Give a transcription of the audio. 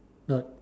ya